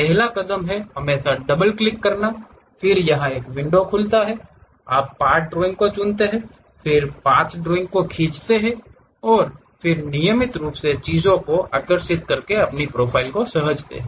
पहला कदम है हमेशा डबल क्लिक करना फिर यह एक विंडो खोलता है आप पार्ट ड्राइंग को चुनते हैं फिर पथ ड्राइंग को खींचते हैं और फिर नियमित रूप से चीजों को आकर्षित करके फ़ाइल को सहेजते हैं